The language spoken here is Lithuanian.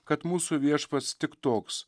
kad mūsų viešpats tik toks